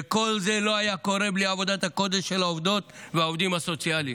וכל זה לא היה קורה בלי עבודת הקודש של העובדות והעובדים הסוציאליים.